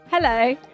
Hello